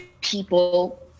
people